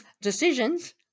decisions